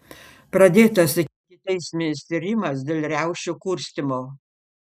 pradėtas ikiteisminis tyrimas dėl riaušių kurstymo